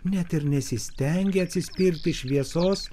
net ir nesistengė atsispirti šviesos